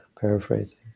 paraphrasing